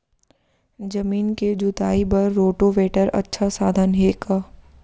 जमीन के जुताई बर रोटोवेटर अच्छा साधन हे का?